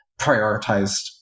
prioritized